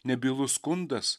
nebylus skundas